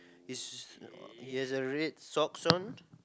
is uh he has a red socks on